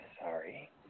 sorry